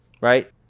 right